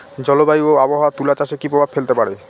জলবায়ু ও আবহাওয়া তুলা চাষে কি প্রভাব ফেলতে পারে?